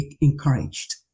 encouraged